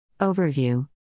Overview